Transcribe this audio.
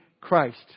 Christ